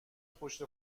پشت